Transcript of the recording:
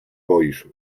boisz